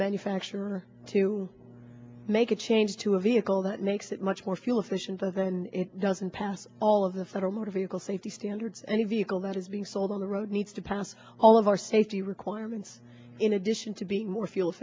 manufacturer to make a change to a vehicle that makes it much more fuel efficient so then doesn't pass all of the federal motor vehicle safety standards any vehicle that is being sold on the road needs to pass all of our safety requirements in addition to being more fuel